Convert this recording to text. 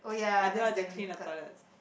I don't have to clean the toilets